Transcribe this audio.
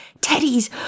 Teddy's